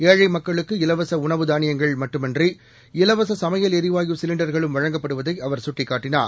ஏழைமக்களுக்கு இலவசஉணவு தானியங்கள் மட்டுமன்றி இலவசசமையல் எரிவாயு சிலிண்டர்களும் வழங்கப்படுவதைஅவர் சுட்டிக்காட்டினார்